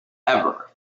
ever